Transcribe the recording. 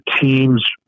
teams